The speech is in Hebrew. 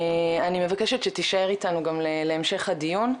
אני מבקשת שתישאר איתנו גם להמשך הדיון,